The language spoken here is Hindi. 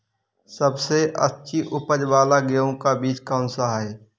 सबसे अच्छी उपज वाला गेहूँ का बीज कौन सा है?